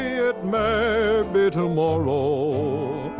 it may be tomorrow.